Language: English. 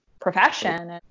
profession